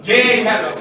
Jesus